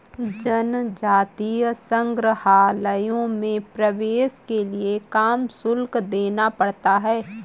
जनजातीय संग्रहालयों में प्रवेश के लिए काम शुल्क देना पड़ता है